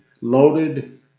loaded